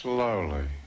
Slowly